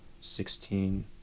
sixteen